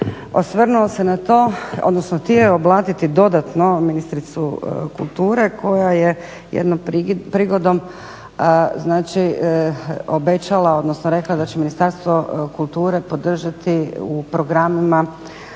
osvrnuo se na to odnosno htio je oblatiti dodatno ministricu kulture koja je jednom prigodom znači obećala odnosno rekla da će Ministarstvo kulture podržati u programima